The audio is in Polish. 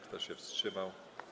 Kto się wstrzymał?